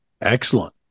Excellent